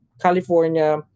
California